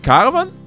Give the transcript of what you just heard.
Caravan